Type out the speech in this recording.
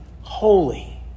holy